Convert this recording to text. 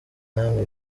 namwe